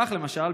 כך למשל,